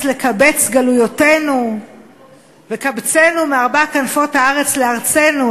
לקבץ גלויותינו וקבצנו מארבע כנפות הארץ לארצנו".